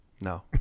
no